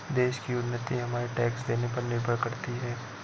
देश की उन्नति हमारे टैक्स देने पर निर्भर करती है